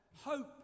hope